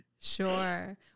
Sure